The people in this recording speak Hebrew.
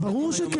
כן.